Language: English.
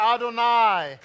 Adonai